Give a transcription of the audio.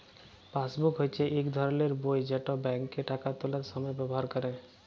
passbook হচ্যে ইক ধরলের বই যেট ব্যাংকে টাকা তুলার সময় ব্যাভার ক্যরে